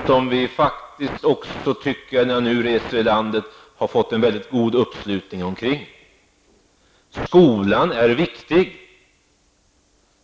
Efter att ha rest i landet tycker jag att vi har fått en mycket bra uppslutning kring den. Skolan är viktig.